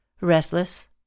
Restless